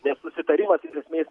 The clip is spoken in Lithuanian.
nes susitarimas iš esmės